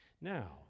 Now